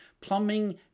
plumbing